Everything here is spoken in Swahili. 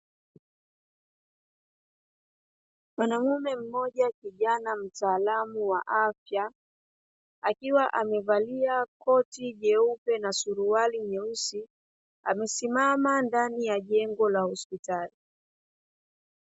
Mwanaume mmoja kijana mtaalamu wa afya, akiwa amevalia koti jeupe na suruali nyeusi, amesimama ndani ya jengo la hospitali.